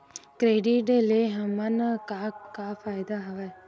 Credit ले हमन का का फ़ायदा हवय?